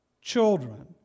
children